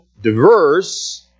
diverse